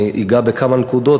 אני אגע בכמה נקודות,